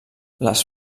les